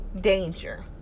danger